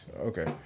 Okay